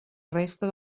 resta